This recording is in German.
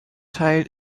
teil